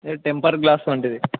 లేదు temper glass వంటిది